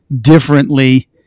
differently